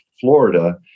Florida